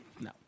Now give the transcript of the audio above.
no